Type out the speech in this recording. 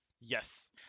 Yes